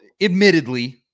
admittedly